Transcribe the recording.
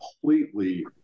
completely